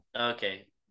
Okay